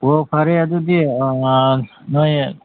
ꯑꯣ ꯐꯔꯦ ꯑꯗꯨꯗꯤ ꯅꯣꯏ